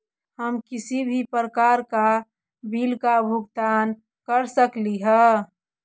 हम किसी भी प्रकार का बिल का भुगतान कर सकली हे?